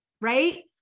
right